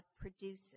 produces